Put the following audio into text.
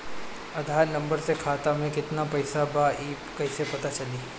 आधार number से खाता में केतना पईसा बा ई क्ईसे पता चलि?